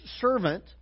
servant